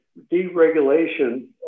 deregulation